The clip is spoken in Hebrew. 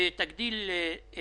הצעת חוק שתגדיל את